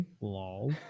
lol